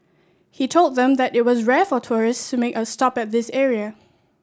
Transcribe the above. he told them that it was rare for tourist to make a stop at this area